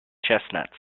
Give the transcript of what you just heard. chestnuts